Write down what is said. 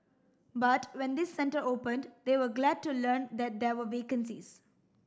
but when this centre opened they were glad to learn that there were vacancies